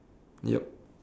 yup